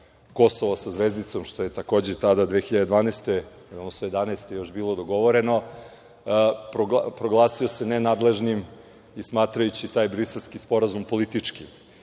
Kosovo sa zvezdicom, što je takođe tada 2011. godine još bilo dogovoreno, proglasio se nenadležnim i smatrajući taj Briselski sporazum političkim. Mislim